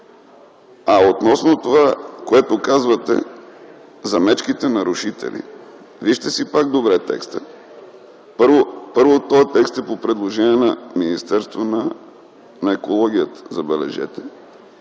А относно това, което казвате за мечките нарушители, вижте си пак добре текста. Първо, този текст е по предложение, забележете, на Министерството на екологията.